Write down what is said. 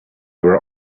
were